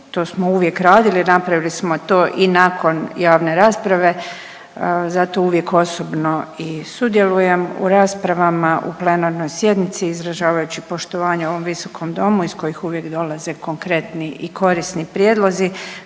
to smo uvijek radili, napravili smo to i nakon javne rasprave, zato uvijek osobno i sudjelujem u raspravama u plenarnoj sjednici izražavajući poštovanje ovom visokom domu iz kojeg uvijek dolaze konkretni i korisni prijedlozi